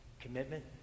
commitment